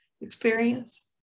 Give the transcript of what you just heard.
experience